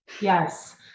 Yes